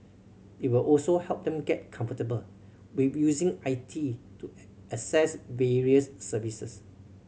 it will also help them get comfortable with using I T to access various services